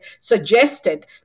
suggested